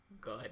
good